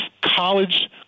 college